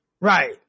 Right